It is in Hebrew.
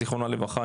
אז זיכרונה לברכה,